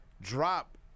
drop